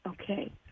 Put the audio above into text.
okay